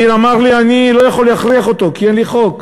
מאיר אמר לי: אני לא יכול להכריח אותו כי אין לי חוק.